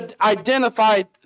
identified